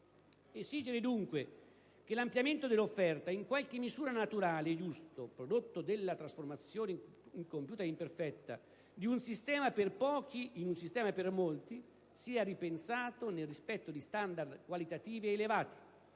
Esigere dunque che l'ampliamento dell'offerta - in qualche misura naturale e giusto prodotto della trasformazione, incompiuta e imperfetta, di un sistema per pochi in un sistema per molti - sia ripensato nel rispetto di standard qualitativi elevati